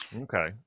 Okay